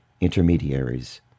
intermediaries